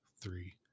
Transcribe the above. three